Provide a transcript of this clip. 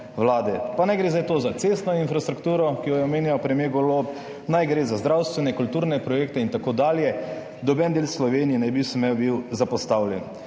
vlade, pa naj gre zdaj to za cestno infrastrukturo, ki jo je omenjal premier Golob, naj gre za zdravstvene, kulturne projekte in tako dalje. Noben del Slovenije ne bi smel biti zapostavljen.